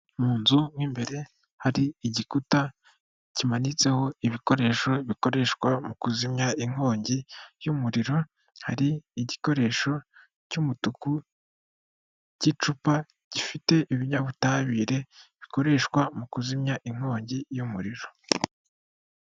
Mu nzu mo imbere hari igikuta kimanitseho ibikoresho bikoreshwa mu kuzimya inkongi y’umuriro, hari igikoresho cy'umutuku cy'icupa, gifite ibinyabutabire bikoreshwa mu kuzimya inkongi y'umuriro.